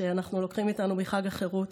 שאנחנו לוקחים איתנו מחג החירות,